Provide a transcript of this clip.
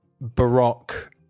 baroque